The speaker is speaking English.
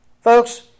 Folks